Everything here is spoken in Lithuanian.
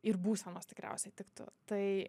ir būsenos tikriausia tiktų tai